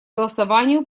голосованию